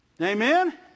Amen